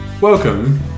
welcome